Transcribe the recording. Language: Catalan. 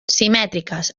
simètriques